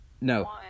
no